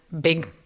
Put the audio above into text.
big